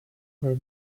her